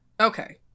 Okay